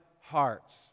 hearts